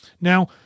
Now